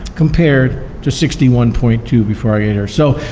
compared to sixty one point two before i got here. so